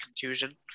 contusion